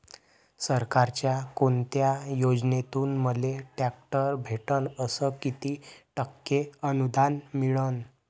सरकारच्या कोनत्या योजनेतून मले ट्रॅक्टर भेटन अस किती टक्के अनुदान मिळन?